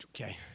Okay